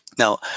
Now